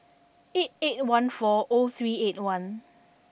eight eight one four O three eight one